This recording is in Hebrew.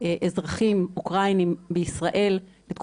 10,000 אזרחים אוקראינים בישראל כרגע,